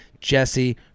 Jesse